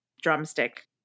drumstick